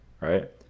right